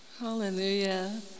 hallelujah